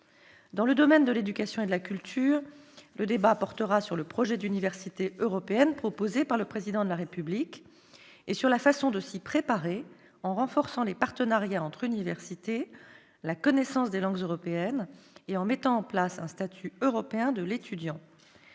Dans le domaine de l'éducation et de la culture, le débat portera sur le projet d'universités européennes proposé par le Président de la République et sur la façon de s'y préparer. Il faudrait pour cela renforcer les partenariats entre universités et la connaissance des langues européennes ainsi que mettre en place un statut européen de l'étudiant.